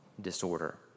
disorder